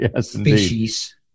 species